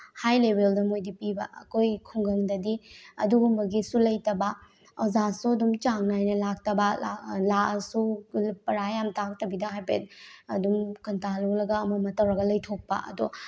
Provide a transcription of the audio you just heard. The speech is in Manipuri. ꯍꯥꯏ ꯂꯦꯚꯦꯜꯗ ꯃꯣꯏꯗꯤ ꯄꯤꯕ ꯑꯩꯈꯣꯏ ꯈꯨꯡꯒꯪꯗꯗꯤ ꯑꯗꯨꯒꯨꯝꯕꯒꯤꯁꯨ ꯂꯩꯇꯕ ꯑꯣꯖꯥꯁꯨ ꯑꯗꯨꯝ ꯆꯥꯡ ꯅꯥꯏꯅ ꯂꯥꯛꯇꯕ ꯂꯥꯛꯑꯁꯨ ꯄꯔꯥ ꯌꯥꯝ ꯇꯥꯛꯇꯕꯤꯗ ꯍꯥꯏꯐꯦꯠ ꯑꯗꯨꯝ ꯀꯟꯇꯥ ꯂꯣꯟꯂꯒ ꯑꯃ ꯑꯃ ꯇꯧꯔꯒ ꯂꯩꯊꯣꯛꯄ ꯑꯗꯣ